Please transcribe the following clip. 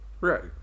Right